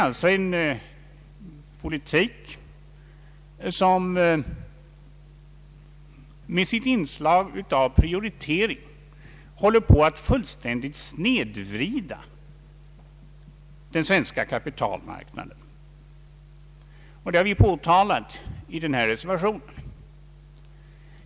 Denna politik, med sitt inslag av prioritering, håller på att fullständiigt snedvrida den svenska kapitalmarknaden. Detta har vi påtalat i reservationen.